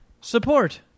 support